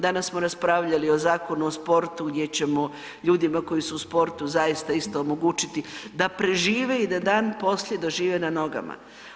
Danas smo raspravljali o Zakonu o sportu gdje ćemo ljudima koji su u sportu omogućiti da prežive i da dan poslije dožive na nogama.